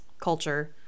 culture